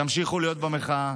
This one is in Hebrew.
ימשיכו להיות במחאה.